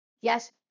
Yes